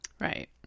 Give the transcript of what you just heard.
right